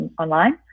online